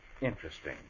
interesting